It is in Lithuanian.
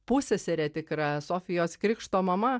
pusseserė tikra sofijos krikšto mama